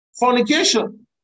Fornication